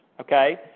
Okay